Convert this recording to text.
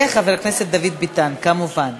וחבר הכנסת דוד ביטן, כמובן.